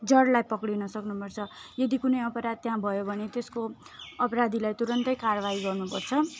जड्लाई पक्रिनु सक्नुपर्छ यदि कुनै अपराध त्यहाँ भयो भने त्यसको अपराधीलाई तुरन्तै कारवाही गर्नुपर्छ